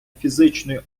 фізичної